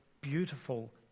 beautiful